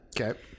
Okay